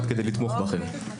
בכן.